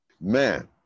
Man